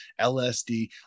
LSD